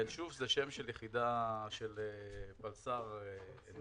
ינשוף זה שם של יחידת פלס"ר נח"ל,